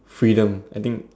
freedom I think